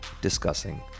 discussing